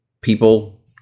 people